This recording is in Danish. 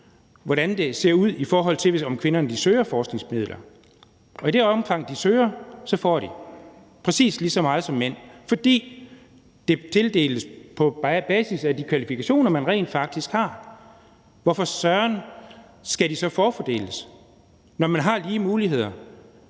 hvordan det ser ud, i forhold til om kvinderne søger forskningsmidler, og i det omfang, de søger, får de det præcis lige så meget som mænd, fordi det tildeles på basis af de kvalifikationer, man rent faktisk har. Hvorfor søren skal de så forfordeles, når man har lige muligheder?